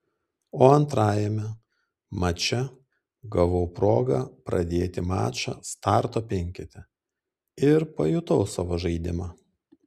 o antrajame mače gavau progą pradėti mačą starto penkete ir pajutau savo žaidimą